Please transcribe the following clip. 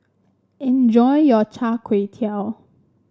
enjoy your Chai Tow Kuay